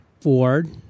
ford